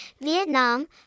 Vietnam